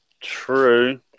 True